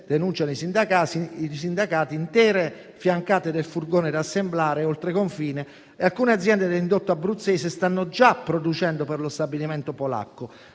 denunciano i sindacati - intere fiancate del furgone da assemblare oltre confine e alcune aziende dell'indotto abruzzese stanno già producendo per lo stabilimento polacco,